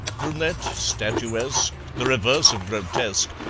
brunette, statuesque, the reverse of grotesque,